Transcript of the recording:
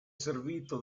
servito